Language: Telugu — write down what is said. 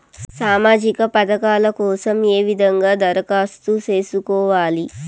సామాజిక పథకాల కోసం ఏ విధంగా దరఖాస్తు సేసుకోవాలి